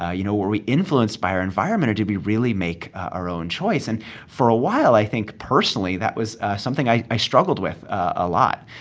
ah you know, were we influenced by our environment or did we really make our own choice? and for a while i think personally that was something i i struggled with a lot,